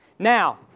Now